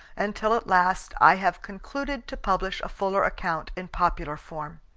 until at last i have concluded to publish a fuller account in popular form.